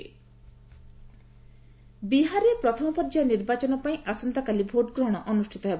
Bihar election ବିହାରରେ ପ୍ରଥମ ପର୍ଯ୍ୟାୟ ନିର୍ବାଚନ ପାଇଁ ଆସନ୍ତାକାଲି ଭୋଟ୍ ଗ୍ରହଣ ଅନୁଷ୍ଠିତ ହେବ